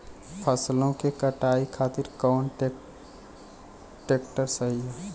फसलों के कटाई खातिर कौन ट्रैक्टर सही ह?